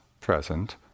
present